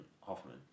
Hoffman